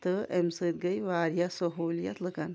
تہٕ اَمہِ سۭتۍ گٔیے واریاہ سہوٗلیت لُکَن